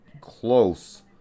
close